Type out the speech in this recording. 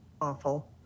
Awful